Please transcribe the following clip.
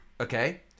okay